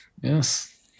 Yes